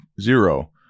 zero